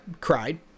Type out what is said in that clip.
cried